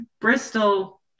Bristol